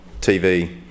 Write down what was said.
TV